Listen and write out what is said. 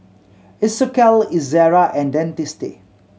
Isocal Ezerra and Dentiste